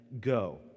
go